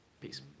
Peace